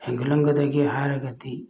ꯍꯦꯟꯒꯠꯍꯟꯒꯗꯒꯦ ꯍꯥꯏꯔꯒꯗꯤ